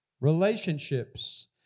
relationships